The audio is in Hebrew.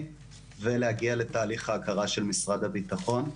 ולהגיע לתהליך ההכרה של משרד הביטחון.